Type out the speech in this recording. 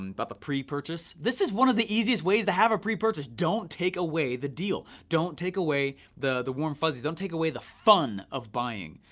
and but the pre-purchase. this is one of the easiest ways to have a pre-purchase. don't take away the deal. don't take away the the warm fuzzies. don't take away the fun of buying,